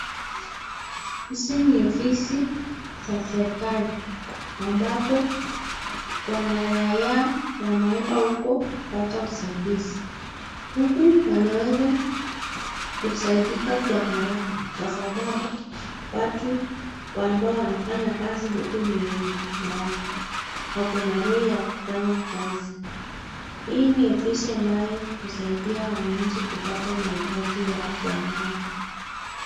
Hizi ni ofisi za serikali ambapo wanaraia wanaenda huko kupata usaidizi. Huku wanaweza kusaidika kwa haraka kwa sababu watu ambao wanafanya kazi huku ni wengi na wako na roho ya kufanya kazi. Hii ni ofisi ambayo husaidia wananchi kupata mahitaji yao kwa haraka.